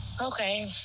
okay